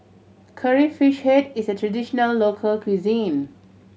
Curry Fish Head is a traditional local cuisine